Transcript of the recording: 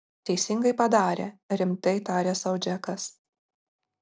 teisingai padarė rimtai tarė sau džekas